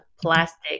plastic